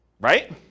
right